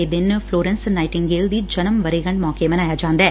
ਇਹ ਦਿਨ Florence Nightingale ਦੀ ਜਨਮ ਵਰੇਗੰਢ ਮੌਕੇ ਮਨਾਇਆ ਜਾਦੈ